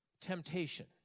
temptation